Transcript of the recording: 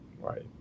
Right